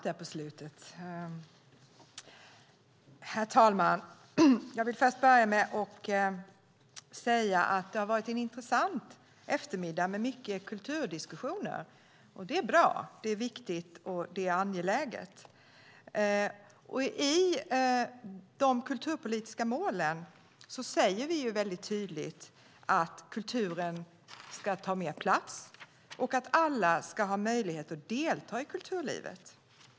Herr talman! Jag vill börja med att säga att det har varit en intressant eftermiddag med mycket kulturdiskussioner. Det är bra, det är viktigt, och det är angeläget. I de kulturpolitiska målen säger vi tydligt att kulturen ska ta mer plats och att alla ska ha möjlighet att delta i kulturlivet.